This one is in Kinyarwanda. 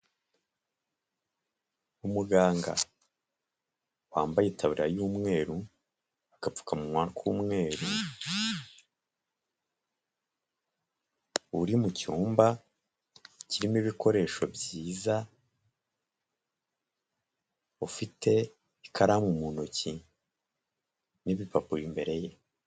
Umuganga wambaye itaburiya y'umweru n'agapfukamunwa k'umweru, uri mu cyumba kirimo ibikoresho byiza, ufite ikaramu mu ntoki n'ibipapuro imbere ye.